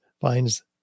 finds